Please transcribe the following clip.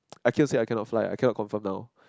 I can't say I cannot fly I cannot confirm now